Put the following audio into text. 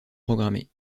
programmés